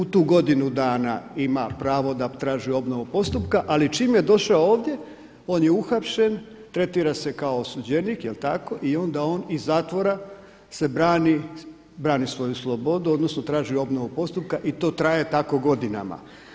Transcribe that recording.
U tu godinu dana ima pravo da traži obnovu postupka, ali čim je došao ovdje on je uhapšen, tretira se kao osuđenik, jel' tako, i onda on iz zatvora se brani, brani svoju slobodu odnosno traži obnovu postupka i to traje tako godinama.